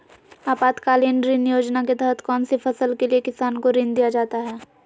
आपातकालीन ऋण योजना के तहत कौन सी फसल के लिए किसान को ऋण दीया जाता है?